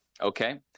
Okay